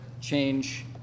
change